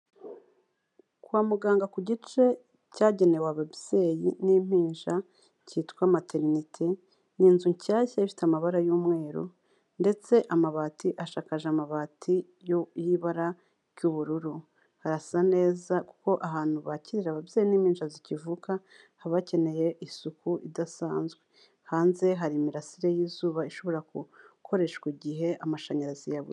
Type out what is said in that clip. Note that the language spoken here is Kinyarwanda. Kwa muganga ku gice cyagenewe ababyeyi n'impinja cyitwa materiniti, ni inzu nshyashya ifite amabara y'umweru, ndetse amabati ashakaje amabati y'ibara ry'ubururu, harasa neza kuko ahantu bakirira ababyeyi n'impinja zikivuka haba hakeneye isuku idasanzwe, hanze hari imirasire y'izuba ishobora gukoreshwa igihe amashanyarazi yabu.